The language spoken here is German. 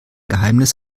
geheimnis